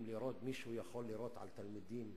ומישהו יכול לירות על תלמידים